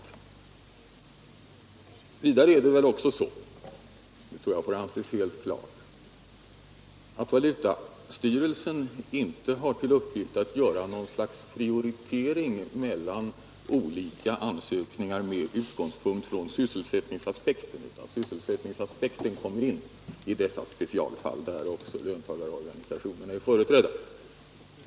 Vidare har valutastyrelsen inte till uppgift — det tror jag får anses helt klart — att göra något slags prioritering mellan olika ansökningar med utgångspunkt i sysselsättningsaspekten. Den aspekten kommer in i de speciella fall där också löntagarorganisationerna är företrädda.